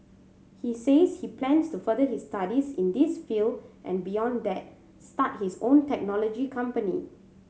he says he plans to further his studies in this field and beyond that start his own technology company